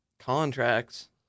contracts